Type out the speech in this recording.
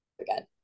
again